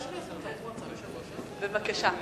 בבקשה.